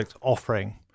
offering